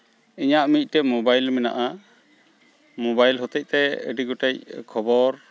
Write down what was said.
ᱤᱧᱟᱹᱜ ᱢᱤᱫᱴᱮᱡ ᱢᱳᱵᱟᱭᱤᱞ ᱢᱮᱱᱟᱜᱼᱟ ᱢᱳᱵᱟᱭᱤᱞ ᱦᱚᱛᱮᱡᱛᱮ ᱟᱹᱰᱤ ᱜᱚᱴᱮᱡ ᱠᱷᱚᱵᱚᱨ